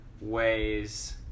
ways